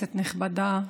כנסת נכבדה,